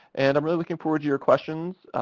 and i'm really looking forward to your questions,